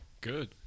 Good